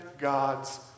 God's